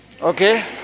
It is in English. okay